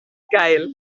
geil